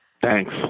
Thanks